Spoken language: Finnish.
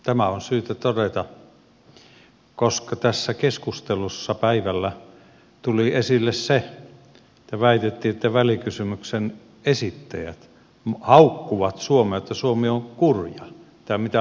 tämä on syytä todeta koska tässä keskustelussa päivällä tuli esille se että väitettiin että välikysymyksen esittäjät haukkuvat suomea että suomi on kurja tai mitä laatusanoja käytettiinkään